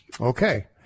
okay